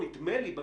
נדמה לי שאנחנו פה,